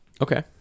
Okay